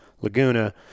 Laguna